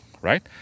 Right